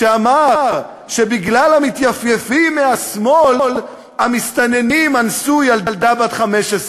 שאמר שבגלל המתייפייפים מהשמאל המסתננים אנסו ילדה בת 15,